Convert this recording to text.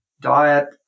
diet